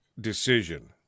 decision